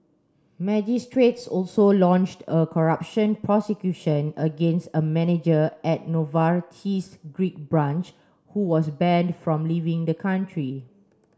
magistrates also launched a corruption prosecution against a manager at Novartis's Greek branch who was banned from leaving the country